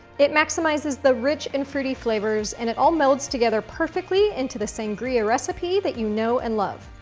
it maximizes the rich and fruity flavors and it all melds together perfectly into the sangria recipe that you know and love.